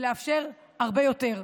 ולאפשר הרבה יותר.